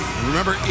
Remember